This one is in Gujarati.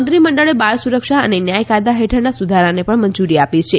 મંત્રીમંડળે બાળ સુરક્ષા અને ન્યાય કાયદા હેઠળના સુધારાને પણ મંજૂરી આપી છે